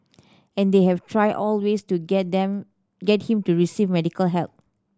and they have tried all ways to get them get him to receive medical help